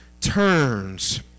turns